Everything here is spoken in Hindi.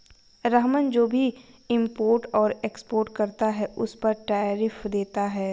रहमान जो भी इम्पोर्ट और एक्सपोर्ट करता है उस पर टैरिफ देता है